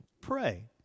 pray